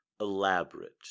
elaborate